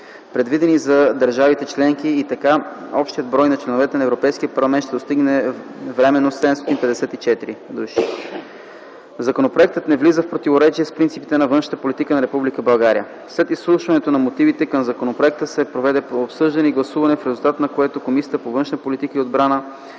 предвидени за държавите членки, и така общият брой на членовете на Европейския парламент ще достигне временно 754 души. Законопроектът не влиза в противоречие с принципите на външната политика на Република България. След изслушването на мотивите към законопроекта се проведе обсъждане и гласуване, в резултат на което Комисията по външна политика и отбрана